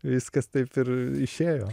viskas taip ir išėjo